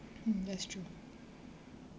mm that's true